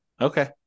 Okay